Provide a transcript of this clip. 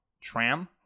tram